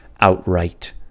outright